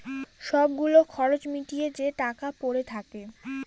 সব গুলো খরচ মিটিয়ে যে টাকা পরে থাকে